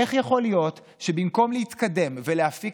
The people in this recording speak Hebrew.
איך יכול להיות שבמקום להתקדם ולהפיק